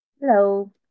Hello